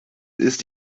ist